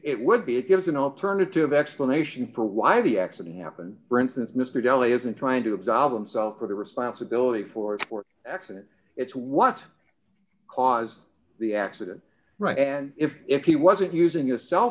it would be it gives an alternative explanation for why the accident happened for instance mr deli isn't trying to absolve themselves of the responsibility for for accident it's what caused the accident and if if he wasn't using a cell